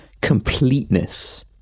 completeness